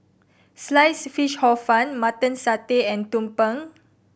Sliced Fish Hor Fun Mutton Satay and tumpeng